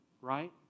right